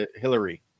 Hillary